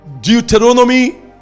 Deuteronomy